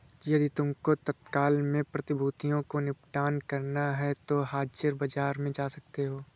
यदि तुमको तत्काल में प्रतिभूतियों को निपटान करना है तो हाजिर बाजार में जा सकते हो